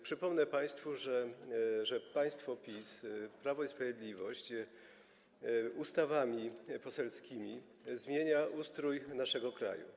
Przypomnę państwu, że państwo PiS, Prawo i Sprawiedliwość ustawami poselskimi zmienia ustrój naszego kraju.